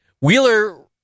Wheeler